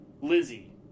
Lizzie